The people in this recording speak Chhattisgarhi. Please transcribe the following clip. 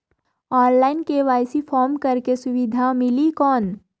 ऑनलाइन के.वाई.सी फारम करेके सुविधा मिली कौन?